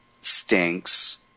stinks